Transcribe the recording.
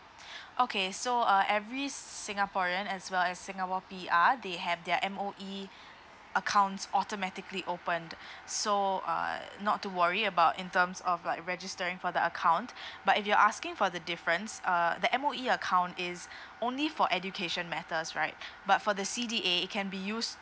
okay so uh every singaporean as well as singapore P_R they have their M_O_E accounts automatically opened so uh not to worry about in terms of like registering for the account but if you're asking for the difference uh the M_O_E account is only for education matters right but for the C_D_A it can be used